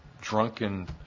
drunken